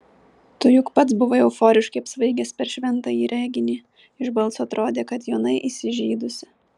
tu juk pats buvai euforiškai apsvaigęs per šventąjį reginį iš balso atrodė kad jona įsižeidusi